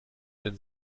den